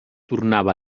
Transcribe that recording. tornava